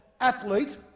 athlete